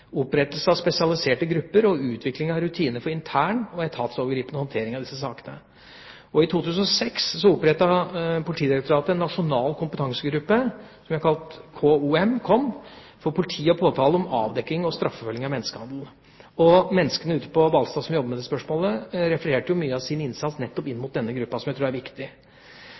av spesialiserte grupper og utvikling av rutiner for intern og etatsovergripende håndtering av disse sakene. I 2006 opprettet Politidirektoratet en nasjonal kompetansegruppe, KOM, for politi og påtale om avdekking og straffeforfølging av menneskehandel. De menneskene ute på Hvalstad som jobber med dette spørsmålet, refererte i forbindelse med sin innsats mye til nettopp denne gruppen, som jeg tror er viktig.